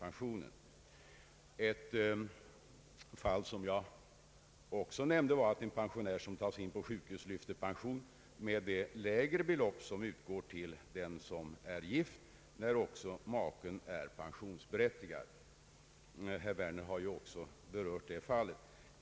Ett fall som jag också nämnde var att en pensionär som tas in på sjukhus lyfter pension med det lägre belopp som utgår till den som är gift, när också maken är pensionsberättigad. Herr Werner har ju också berört detta.